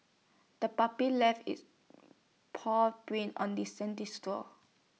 the puppy left its paw prints on the sandy store